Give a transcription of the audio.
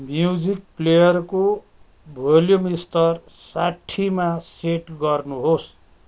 music प्लेयरको volume स्तर साठीमा सेट गर्नुहोस्